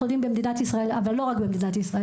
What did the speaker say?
אנחנו יודעים במדינת ישראל אבל לא רק במדינת ישראל,